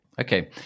Okay